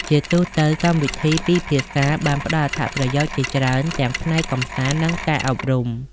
ជាទូទៅ កម្មវិធីពីរភាសាបានផ្តល់អត្ថប្រយោជន៍ជាច្រើនទាំងផ្នែកកម្សាន្តនិងការអប់រំ។